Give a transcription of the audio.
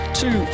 two